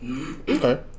Okay